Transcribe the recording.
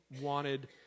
wanted